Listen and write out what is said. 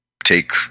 take